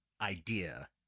idea